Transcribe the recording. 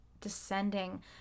descending